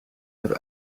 have